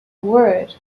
word